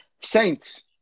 Saints